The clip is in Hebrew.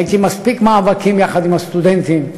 הייתי במספיק מאבקים יחד עם הסטודנטים,